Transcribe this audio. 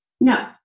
No